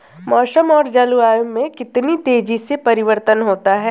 मौसम और जलवायु में कितनी तेजी से परिवर्तन होता है?